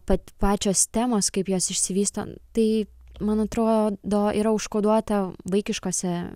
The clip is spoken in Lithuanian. pat pačios temos kaip jos išsivysto tai man atrodo yra užkoduota vaikiškose